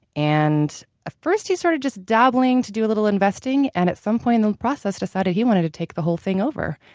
and at first he started just dabbling to do a little investing, and at some point in the process decided he wanted to take the whole thing over,